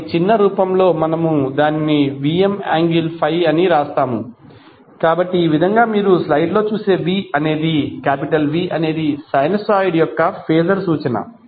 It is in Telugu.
కాబట్టి చిన్న రూపంలో మనము Vm∠∅ అని వ్రాస్తాము కాబట్టి ఈ విధంగా మీరు స్లైడ్లో చూసే V అనేది సైనూసోయిడ్ యొక్క ఫేజర్ సూచన